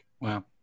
Wow